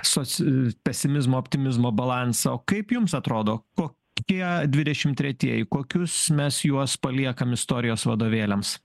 soc pesimizmo optimizmo balansą o kaip jums atrodo kokie dvidešim tretieji kokius mes juos paliekam istorijos vadovėliams